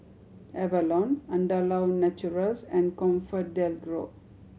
Avalon Andalou Naturals and Comfort DelGro